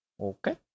Okay